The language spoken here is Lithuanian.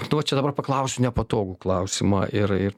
nu va čia dabar paklausiu nepatogų klausimą ir ir